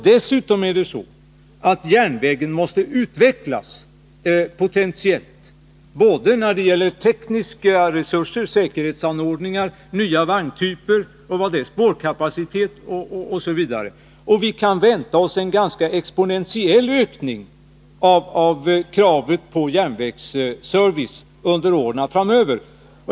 Dessutom måste järnvägen utvecklas potentiellt även när det gäller tekniska resurser — säkerhetsanordningar, nya vagntyper, spårkapacitet osv. Vi kan vänta oss en exponentiell ökning av kraven på järnvägsservice under åren framöver.